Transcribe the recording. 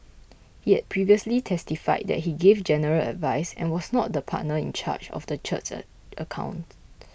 he had previously testified that he gave general advice and was not the partner in charge of the church's accounts